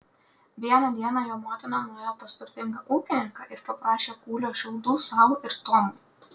vieną dieną jo motina nuėjo pas turtingą ūkininką ir paprašė kūlio šiaudų sau ir tomui